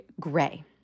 gray